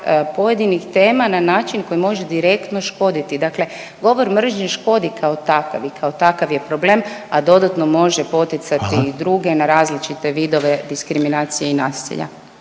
pojedinih tema na način koji može direktno škoditi. Dakle, govor mržnje škodi kao takav i kao takav je problem, a dodatno može poticati i druge … .../Upadica: Hvala./... … na različite vidove diskriminacije i nasilja.